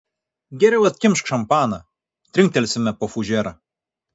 geriau atkimšk šampaną trinktelsime po fužerą